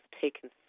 taken